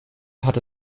hatte